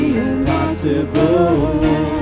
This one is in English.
impossible